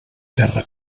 terra